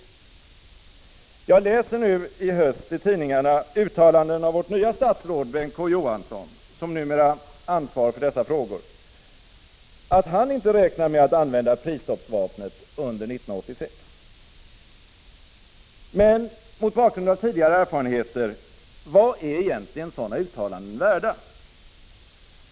Jag läser nu i höst i tidningarna uttalanden av vårt nya statsråd Bengt K. Å. Johansson, som numera ansvarar för dessa frågor, att han inte räknar med att använda prisstoppsvapnet under 1986. Men mot bakgrund av tidigare erfarenheter, vad är egentligen sådana uttalanden värda?